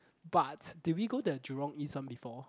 but did we go to the Jurong East one before